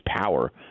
power